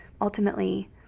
ultimately